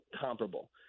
comparable